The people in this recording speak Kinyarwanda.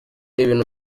ibintu